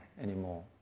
anymore